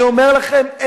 אני אומר לכם.